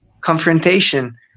confrontation